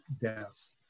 deaths